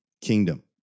kingdom